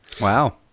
Wow